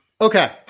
Okay